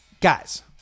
Guys